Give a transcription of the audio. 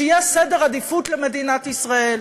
שיהיה סדר עדיפות למדינת ישראל.